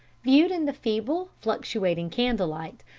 viewed in the feeble, fluctuating candlelight,